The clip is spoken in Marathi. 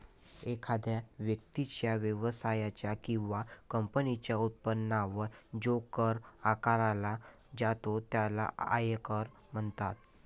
एखाद्या व्यक्तीच्या, व्यवसायाच्या किंवा कंपनीच्या उत्पन्नावर जो कर आकारला जातो त्याला आयकर म्हणतात